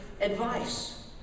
advice